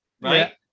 right